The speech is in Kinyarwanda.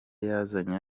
yazanye